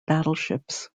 battleships